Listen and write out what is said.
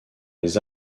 les